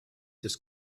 des